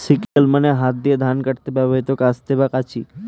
sickle মানে হাত দিয়ে ধান কাটতে ব্যবহৃত কাস্তে বা কাঁচি